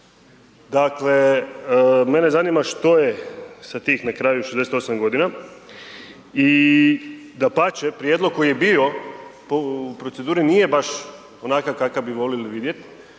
Dakle, mene zanima što je sa tih na kraju 68 godina i dapače, prijedlog koji je bio u proceduri nije baš onakav kakav bi voljeli vidjeti